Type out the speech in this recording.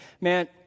man